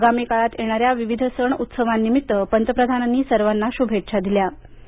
आगामी काळात येणाऱ्या विविध सण उत्सवांनिमित्त पंतप्रधानांनी सर्वांना शुभेच्छा दिल्ये